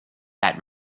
that